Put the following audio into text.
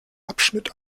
abschnitt